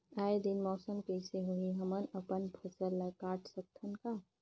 आय दिन मौसम कइसे होही, हमन अपन फसल ल काट सकत हन का?